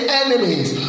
enemies